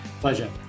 Pleasure